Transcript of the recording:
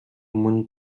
өмнө